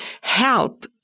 help